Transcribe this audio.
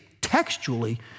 textually